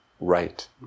right